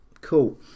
Cool